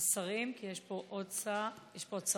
השרים, כי יש פה עוד שרה,